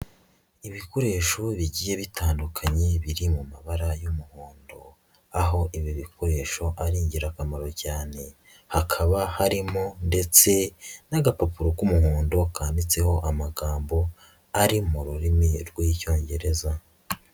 Ibikoresho bigiye bitandukanye biri mu mabara y'umuhondo, aho ibi bikoresho ari ingirakamaro cyane, hakaba harimo ndetse n'agapapuro k'umuhondo kanditseho amagambo ari mu rurimi rw'icyongereza.